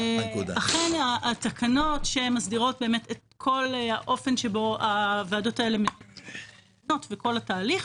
אכן התקנות שמסדירות את כל האופן שבו הוועדות האלה מתמנות וכל התהליך